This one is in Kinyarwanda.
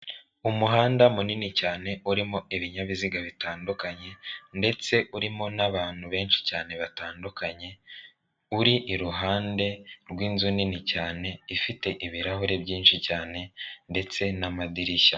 Umuhanda munini cyane urimo ibinyabiziga bitandukanye, ndetse urimo n'abantu benshi cyane batandukanye, uri iruhande rw'inzu nini cyane, ifite ibirahure byinshi cyane, ndetse n'amadirishya.